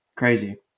Crazy